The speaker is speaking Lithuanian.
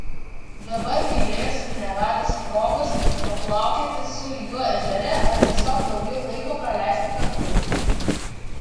dabar gailėjausi neradęs progos paplaukioti su juo ežere ar tiesiog daugiau laiko praleisti kartu